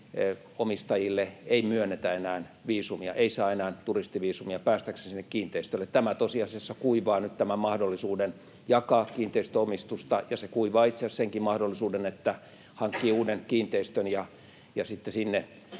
omistajille ei myönnetä enää viisumia, ei saa enää turistiviisumia päästäkseen sinne kiinteistölle. Tämä tosiasiassa kuivaa nyt tämän mahdollisuuden jakaa kiinteistöomistusta, ja se kuivaa itse asiassa senkin mahdollisuuden, että hankkii uuden kiinteistön ja sitten sinne